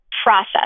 process